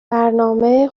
برنامه